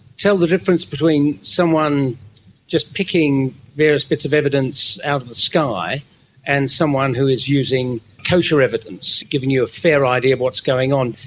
tell the difference between someone just picking various bits of evidence out of the sky and someone who is using kosher evidence, giving you a fair idea of what's going on.